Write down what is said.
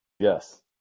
Yes